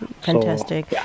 Fantastic